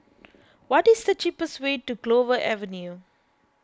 what is the cheapest way to Clover Avenue